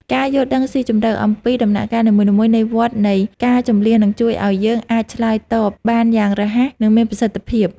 ការយល់ដឹងស៊ីជម្រៅអំពីដំណាក់កាលនីមួយៗនៃវដ្តនៃការជម្លៀសនឹងជួយឱ្យយើងអាចឆ្លើយតបបានយ៉ាងរហ័ស និងមានប្រសិទ្ធភាព។